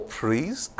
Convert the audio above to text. praise